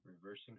Reversing